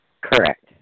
Correct